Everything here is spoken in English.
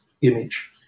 image